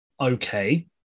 okay